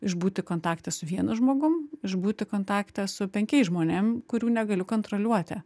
išbūti kontakte su vienu žmogum išbūti kontakte su penkiais žmonėm kurių negaliu kontroliuoti